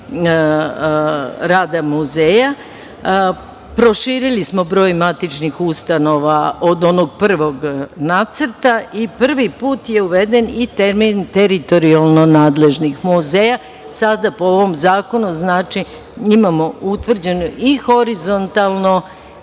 rada muzeja. Proširili smo broj matičnih ustanova od onog prvog nacrta i prvi put je uveden i termin – teritorijalno nadležnih muzeja. Sada po ovom zakonu znači imamo utvrđeno i horizontalno